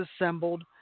assembled